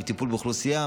בטיפול באוכלוסייה,